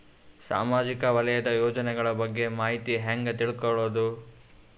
ಸಾಮಾಜಿಕ ವಲಯದ ಯೋಜನೆಗಳ ಬಗ್ಗೆ ಮಾಹಿತಿ ಹ್ಯಾಂಗ ತಿಳ್ಕೊಳ್ಳುದು?